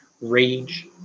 rage